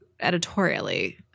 editorially